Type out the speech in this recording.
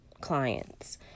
clients